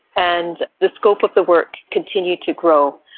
and the scope of the work continued to grow.